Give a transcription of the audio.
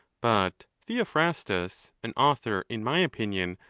but theophrastus, an author, in my opinion,